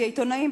העיתונאים,